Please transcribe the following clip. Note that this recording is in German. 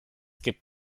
gibt